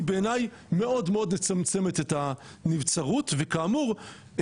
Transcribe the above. היא בעיניי מאוד מאוד מצמצמת את הנבצרות וכאמור,